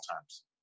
times